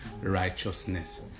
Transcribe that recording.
righteousness